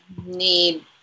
need